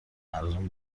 ارزون